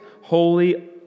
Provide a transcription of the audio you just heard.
holy